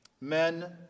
Men